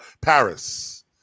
Paris